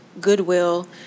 Goodwill